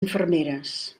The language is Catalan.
infermeres